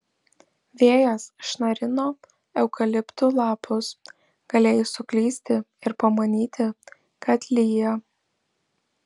vėjas šnarino eukaliptų lapus galėjai suklysti ir pamanyti kad lyja